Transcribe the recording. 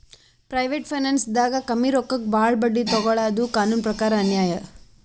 private ಫೈನಾನ್ಸ್ದಾಗ್ ಕಮ್ಮಿ ರೊಕ್ಕಕ್ ಭಾಳ್ ಬಡ್ಡಿ ತೊಗೋಳಾದು ಕಾನೂನ್ ಪ್ರಕಾರ್ ಅನ್ಯಾಯ್